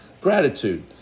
gratitude